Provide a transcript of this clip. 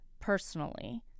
personally